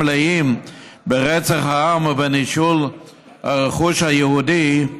מלאים ברצח העם ובנישול הרכוש היהודי,